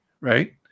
right